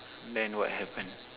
then what happened